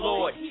Lord